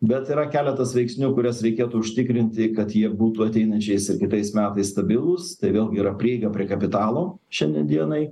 bet yra keletas veiksnių kuriuos reikėtų užtikrinti kad jie būtų ateinančiais ir kitais metais stabilūs tai vėlgi yra prieiga prie kapitalo šiandien dienai